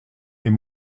est